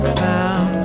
found